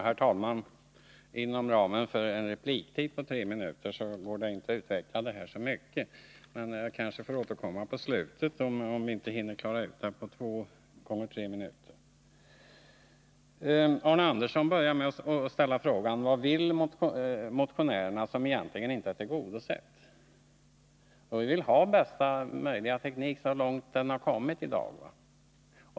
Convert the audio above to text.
Herr talman! Inom ramen för en repliktid på tre minuter går det inte att utveckla detta så mycket, men jag kanske får återkomma i slutet av debatten, om vi inte hinner klara ut det hela på 2 x 3 minuter. Arne Andersson i Ljung började med att ställa frågan: Vad vill motionärerna som inte är tillgodosett? — Vi vill ha bästa möjliga teknik, så långt den har kommit i dag.